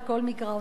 על כל מגרעותיו.